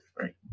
Right